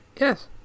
Yes